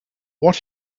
what